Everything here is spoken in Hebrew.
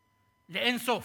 המשמעות, עלה לאין-סוף.